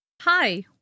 Hi